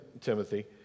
Timothy